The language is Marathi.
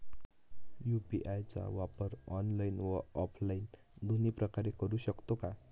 यू.पी.आय चा वापर ऑनलाईन व ऑफलाईन दोन्ही प्रकारे करु शकतो का?